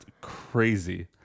crazy